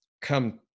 come